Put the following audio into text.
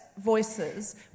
voices